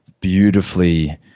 beautifully